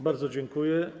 Bardzo dziękuję.